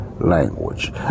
language